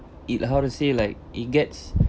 it how to say like it gets